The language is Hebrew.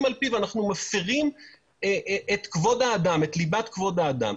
על-פיו אנחנו מפרים את ליבת כבוד האדם.